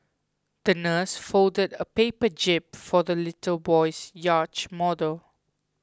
the nurse folded a paper jib for the little boy's yacht model